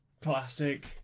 Plastic